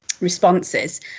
responses